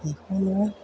बेखौनो